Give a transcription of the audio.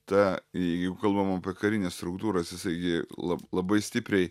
ta jeigu kalbam apie karines struktūras jisai gi lab labai stipriai